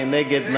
מי נגד?